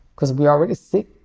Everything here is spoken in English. cause we're already sick.